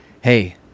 hey